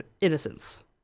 innocence